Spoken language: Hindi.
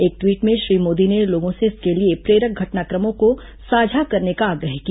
एक ट्वीट में श्री मोदी ने लोगों से इसके लिए प्रेरक घटनाक्रमों को साझा करने का आग्रह किया